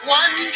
one